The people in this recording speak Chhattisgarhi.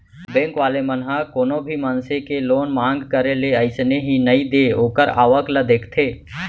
बेंक वाले मन ह कोनो भी मनसे के लोन मांग करे ले अइसने ही नइ दे ओखर आवक ल देखथे